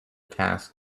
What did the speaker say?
task